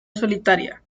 solitaria